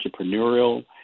entrepreneurial